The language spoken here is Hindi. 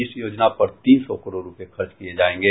इस योजना पर तीन सौ करोड़ रूपये खर्च किये जायेंगे